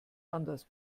anders